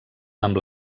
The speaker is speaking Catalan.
amb